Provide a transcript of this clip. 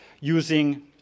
using